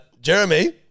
Jeremy